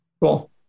Cool